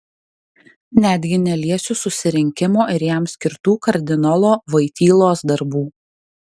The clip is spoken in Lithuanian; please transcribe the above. netgi neliesiu susirinkimo ir jam skirtų kardinolo voitylos darbų